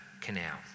Canal